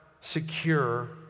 secure